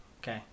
Okay